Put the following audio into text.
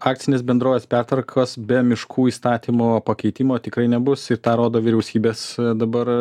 akcinės bendrovės pertvarkos be miškų įstatymo pakeitimo tikrai nebus ir tą rodo vyriausybės dabar